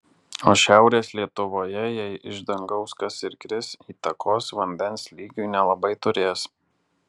o šiaurės lietuvoje jei iš dangaus kas ir kris įtakos vandens lygiui nelabai turės